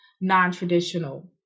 non-traditional